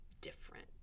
different